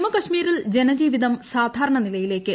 ജമ്മുകാശ്മീരിൽ ജനജീവിതം സാധാരണ നിലയിലേയ്ക്ക്